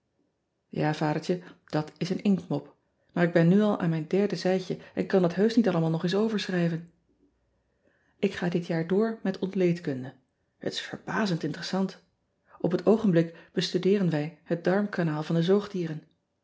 a adertje dat is een inktmop maar ik ben nu al aan mijn derde zijdje en kan dat heusch niet allemaal nog eens overschrijven k ga dit jaar door met ontleedkunde et is verbazend interessant p het oogenblik bestudeeren wij het darmkanaal van de zoogdieren